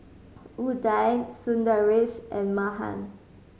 Udai Sundaresh and Mahan